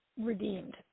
redeemed